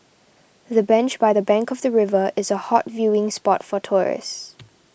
the bench by the bank of the river is a hot viewing spot for tourists